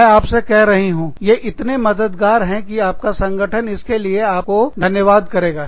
मैं आपसे कह रही हूँ ये इतने मददगार है कि आपका संगठन इसके लिए आपको धन्यवाद करेगा